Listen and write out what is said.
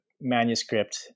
manuscript